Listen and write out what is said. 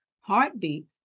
heartbeat